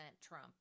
Trump